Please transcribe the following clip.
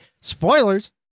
Spoilers